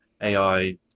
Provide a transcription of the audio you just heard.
AI